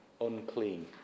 unclean